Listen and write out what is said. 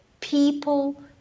people